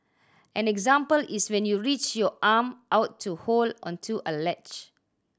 an example is when you reach your arm out to hold onto a ledge